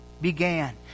began